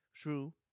true